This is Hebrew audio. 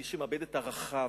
מי שמאבד את ערכיו,